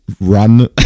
run